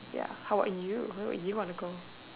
ya how about you where do you want to go